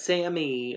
Sammy